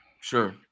sure